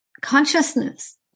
consciousness